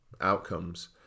outcomes